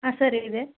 ಹಾಂ ಸರ್ ಇದೆ